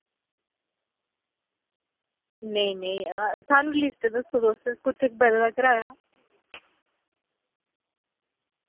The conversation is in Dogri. नेईं नेईं स्हानू लिस्ट दस्सो तुस कुत्थे बधे दा कराया